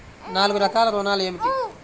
నాలుగు రకాల ఋణాలు ఏమిటీ?